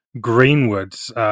Greenwood's